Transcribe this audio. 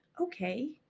okay